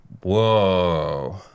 whoa